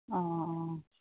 অঁ অঁ